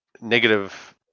negative